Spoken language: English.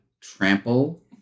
Trample